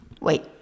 Wait